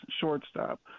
shortstop